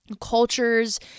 cultures